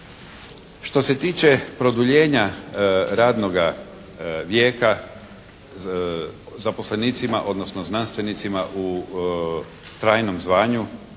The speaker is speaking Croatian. Što se tiče produljenja radnoga vijeka zaposlenicima, odnosno znanstvenicima u trajnom zvanju